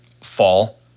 fall